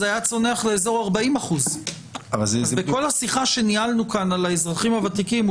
אז זה היה צונח לאזור 40%. בכל השיחה שניהלנו כאן על האזרחים הוותיקים,